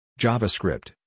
JavaScript